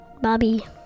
Bobby